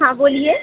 हाँ बोलिए